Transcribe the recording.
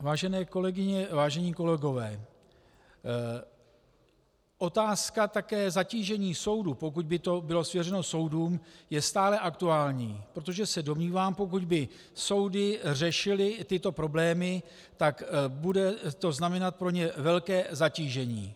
Vážené kolegyně, vážení kolegové, také otázka zatížení soudů, pokud by to bylo svěřeno soudům, je stále aktuální, protože se domnívám, pokud by soudy řešily i tyto problémy, tak to bude pro ně znamenat velké zatížení.